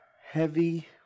heavy